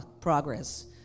progress